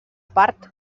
part